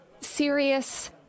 serious